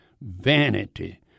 vanity